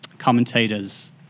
commentator's